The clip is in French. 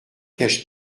caches